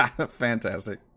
Fantastic